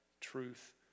truth